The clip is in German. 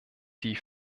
die